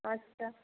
আচ্ছা